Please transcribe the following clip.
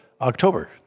October